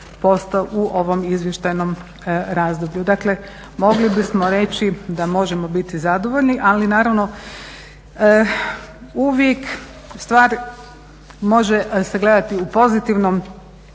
u ovom izvještajnom razdoblju. Dakle mogli bismo reći da možemo biti zadovoljni, ali naravno uvijek stvar može se gledati u pozitivnom